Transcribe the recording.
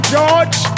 George